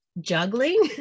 juggling